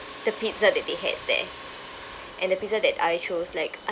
the pizza that they had there and the pizza that I chose like